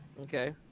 Okay